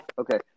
okay